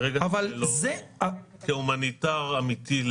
כהומניטר אמיתי,